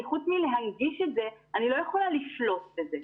חוץ מלהנגיש את זה, אני לא יכולה לשלוט בזה.